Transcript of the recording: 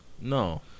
No